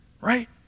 Right